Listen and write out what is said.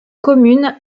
commune